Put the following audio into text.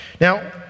Now